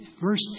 verse